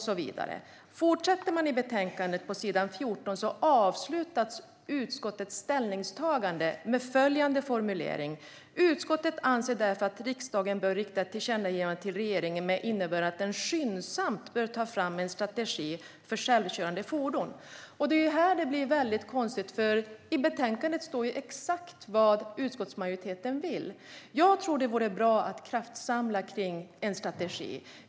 På s. 14 i betänkandet avslutas utskottets ställningstagande med följande formulering: "Utskottet anser därför att riksdagen bör rikta ett tillkännagivande till regeringen med innebörden att den skyndsamt bör ta fram en strategi för självkörande fordon." Det är här som det blir mycket konstigt. I betänkandet står nämligen exakt vad utskottsmajoriteten vill. Jag tror att det vore bra att kraftsamla kring en strategi.